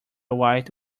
white